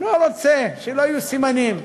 שלא יהיו סימנים.